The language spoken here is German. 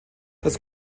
das